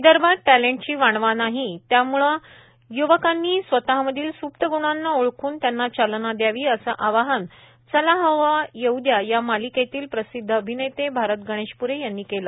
विदर्भात टँलेटची वाणवा नाही त्यामुळे युवकांनी स्वतःमधील सुप्त ग्णांना ओळखून त्यांना चालना दयावी असे आवाहन चला हवा येऊ द्या या मालिकेतील प्रसिद्ध अभिनेते भारत गणेशपुरे यांनी केले